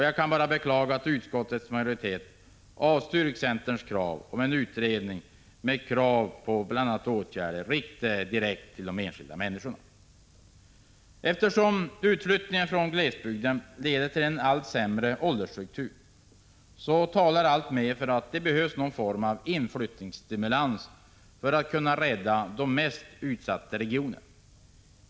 Jag kan bara beklaga att utskottets majoritet avstyrkt centerns krav på en utredning och krav på bl.a. åtgärder riktade direkt till enskilda människor. Eftersom utflyttningen från glesbygden leder till en allt sämre åldersstruktur talar alltmer för att det behövs någon form av ”inflyttningsstimulans” för att kunna rädda de mest utsatta regionerna.